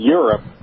Europe